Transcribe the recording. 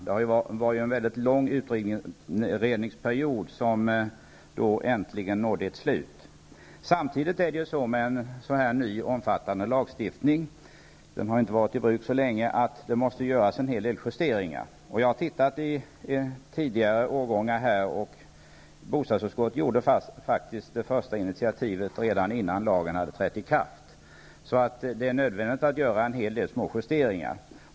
Det var en lång utredningsperiod som då äntligen nådde ett slut. I en så ny och omfattande lagstiftning -- plan och bygglagen har ju inte varit i bruk så länge -- måste en hel del justeringar göras. Därvidlag tog bostadsutskottet det första initiativet redan innan lagen hade trätt i kraft. Det är nödvändigt att göra en hel del småjusteringar.